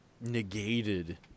negated